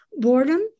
boredom